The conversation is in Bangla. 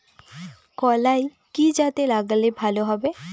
কলাই কি জাতে লাগালে ভালো হবে?